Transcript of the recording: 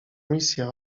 misja